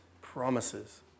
promises